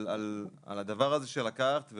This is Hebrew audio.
על הדבר הזה שלקחת,